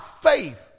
faith